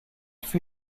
fut